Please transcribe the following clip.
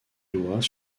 doigt